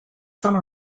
some